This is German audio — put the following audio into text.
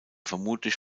vermutlich